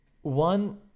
one